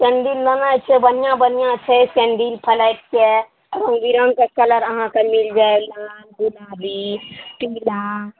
sandal लेनाइ छै बढ़िआँ बढ़िआँ छै सैंडिल फलाइटके रङ्ग बिरङ्गके कलर अहाँके मिल जायत लाल गुलाबी पीला